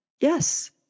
Yes